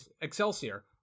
Excelsior